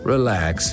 Relax